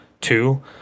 two